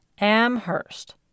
Amherst